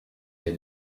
den